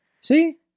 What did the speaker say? See